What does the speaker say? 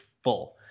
full